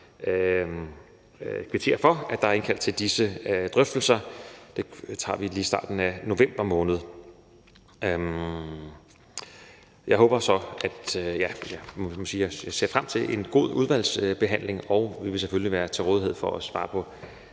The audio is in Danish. kvittere for, at der er indkaldt til disse drøftelser. Dem tager vi lige i starten af november måned. Jeg ser frem til en god udvalgsbehandling, og vi vil selvfølgelig være til rådighed for at svare på